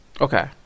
okay